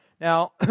Now